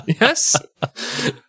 Yes